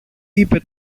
είπε